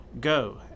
Go